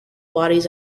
bodies